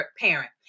parent